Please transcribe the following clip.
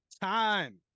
time